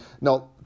now